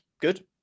Good